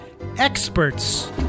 experts